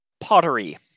pottery